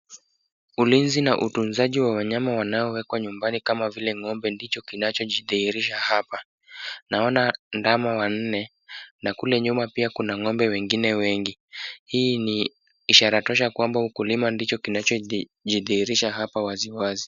Ulinzi na utunzaji wa wanyama wanaowekwa nyumbani kama vile ng'ombe ndicho kinachojidhihirisha hapa. Naona ndama wanne na kule nyuma pia kuna ng'ombe wengine wengi. Hii ni ishara tosha kwamba ukulima ndicho kinachojidhihirisha hapa waziwazi.